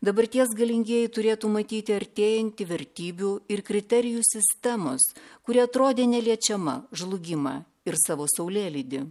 dabarties galingieji turėtų matyti artėjantį vertybių ir kriterijų sistemos kuri atrodė neliečiama žlugimą ir savo saulėlydį